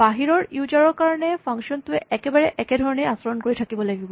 বাহিৰৰ ইউজাৰ ৰ কাৰণে ফাংচন টোৱে একেবাৰে একে ধৰণেই আচৰণ কৰি থাকিব লাগিব